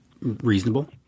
reasonable